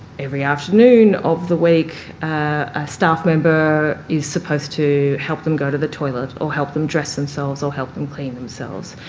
every afternoon of the week a staff member is supposed to help them go to the toilet or help them dress themselves or help them clean themselves.